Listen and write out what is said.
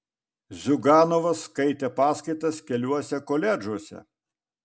ziuganovas skaitė paskaitas keliuose koledžuose